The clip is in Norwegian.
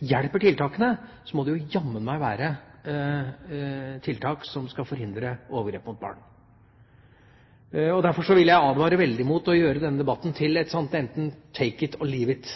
hjelper, så må det jammen meg være det å forhindre overgrep mot barn. Derfor vil jeg advare veldig mot å gjøre denne debatten til et «take it or leave it»